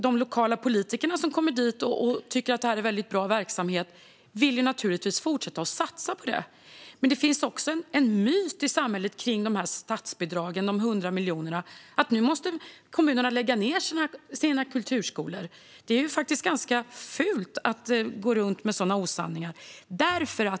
De lokala politiker som kommer dit och tycker att det är en bra verksamhet vill naturligtvis fortsätta att satsa på den. Men det finns också en myt i samhället kring de här statsbidragen - de 100 miljonerna - om att kommunerna nu måste lägga ned sina kulturskolor. Det är faktiskt ganska fult att fara med sådana osanningar.